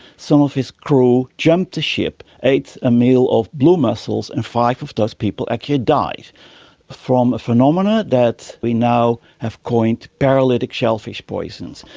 some of his crew jumped the ship ate a meal of blue mussels, and five of those people actually died from a phenomenon that we now have coined paralytic shellfish poison.